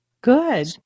Good